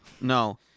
No